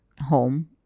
home